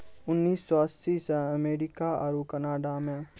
उन्नीस सौ अस्सी से अमेरिका आरु कनाडा मे